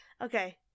Okay